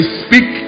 speak